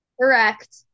Correct